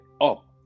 up